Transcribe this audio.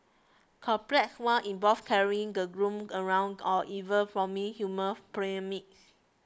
complex ones involve carrying the groom around or even forming human pyramids